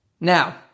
now